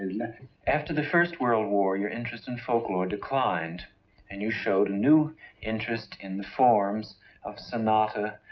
after the first world war your interest in folklore declined and you showed a new interest in the forms of sonata,